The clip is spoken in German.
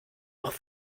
noch